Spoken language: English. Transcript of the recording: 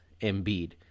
Embiid